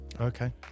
Okay